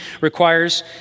requires